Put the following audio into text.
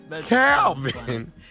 Calvin